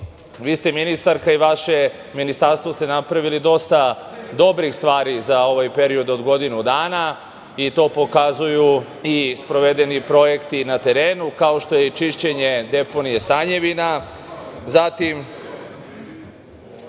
ste ministarka i vaše Ministarstvo napravili dosta dobrih stvari za ovaj period od godinu dana i to pokazuju i sprovedeni projekti na terenu, kao što je i čišćenje deponije „Stanjevina“,